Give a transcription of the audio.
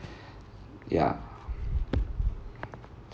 ya